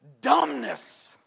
dumbness